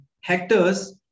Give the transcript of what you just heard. hectares